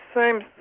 seems